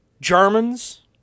Germans